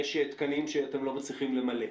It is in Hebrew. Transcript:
יש תקנים שאתם לא מצליחים למלא?